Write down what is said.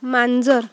मांजर